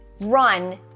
run